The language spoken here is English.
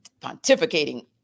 pontificating